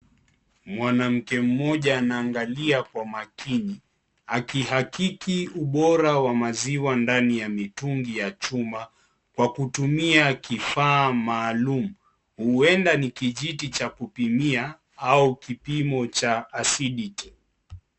Mwanamke mmoja anaangalia kwa makini, akihakiki ubora wa maziwa ndani ya mitungi ya chuma. Kwa kutumia kifaa maalum. Huenda ni kijiti cha kupimia au kipimo cha acidity .